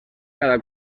cada